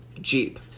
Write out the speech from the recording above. Jeep